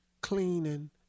cleaning